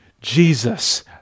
Jesus